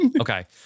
Okay